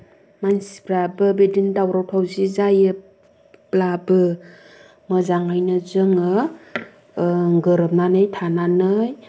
मानसिफ्राबो बिदिनो दावराव दावसि जायोब्लाबो मोजाङैनो जोङो गोरोबनानै थानानै